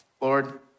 Lord